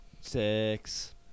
Six